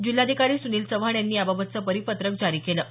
जिल्हाधिकारी सुनील चव्हाण यांनी याबाबतचं परिपत्रक जारी केलं आहे